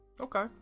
Okay